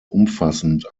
umfassend